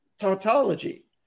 tautology